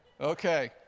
Okay